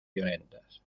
violentas